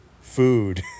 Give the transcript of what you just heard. food